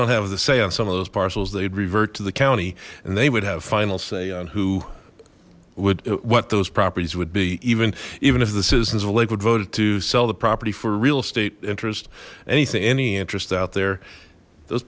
don't have the say on some of those parcels they'd revert to the county and they would have final say on who would what those properties would be even even if the citizens of lakewood voted to sell the property for a real estate interest anything any interest out there those